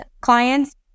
clients